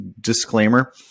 Disclaimer